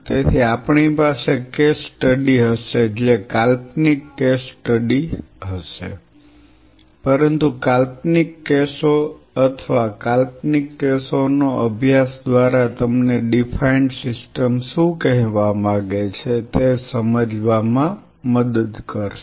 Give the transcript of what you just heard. તેથી આપણી પાસે કેસ સ્ટડી હશે જે કાલ્પનિક કેસ સ્ટડી હશે પરંતુ કાલ્પનિક કેસો અથવા કાલ્પનિક કેસોનો અભ્યાસ દ્વારા તમને ડીફાઈન્ડ સિસ્ટમ શું કહેવા માગે છે તે સમજવામાં મદદ કરશે